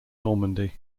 normandy